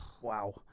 Wow